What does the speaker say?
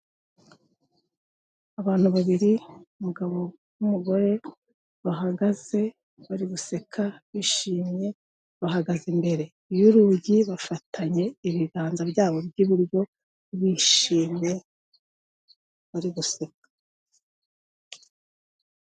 Abantu babiri umugabo umugore bahagaze bari guseka, bishimye, bahagaze imbere y'urugi, bafatanye ibiganza byabo by'iburyo bishimye bari guseka.